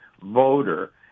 voter